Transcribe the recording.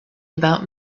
about